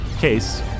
case